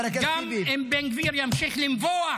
הכנסת טיבי ----- גם אם בן גביר ימשיך לנבוח.